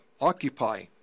occupy